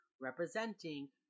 representing